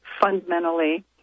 fundamentally